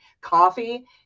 coffee